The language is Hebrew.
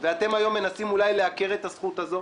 ואתם היום מנסים אולי לעקר את הזכות הזאת?